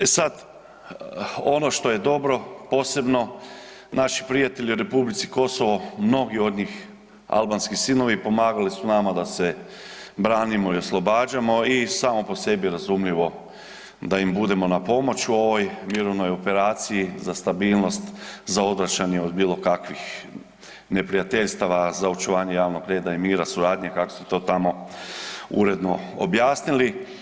E sad, ono što je dobro, posebno naši prijatelji u R. Kosovo, mnogi od njih, albanski sinovi pomagali su nama da se branimo i oslobađamo, i samo po sebi, razumljivo da im budemo na pomoć u ovoj mirovnoj operaciji za stabilnost za odvraćanje od bilo kakvih neprijateljstava za očuvanje javnog reda i mira, suradnje, kako se to tamo uredno objasnili.